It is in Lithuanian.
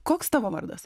koks tavo vardas